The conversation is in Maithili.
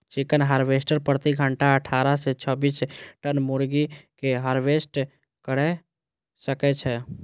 चिकन हार्वेस्टर प्रति घंटा अट्ठारह सं छब्बीस टन मुर्गी कें हार्वेस्ट कैर सकै छै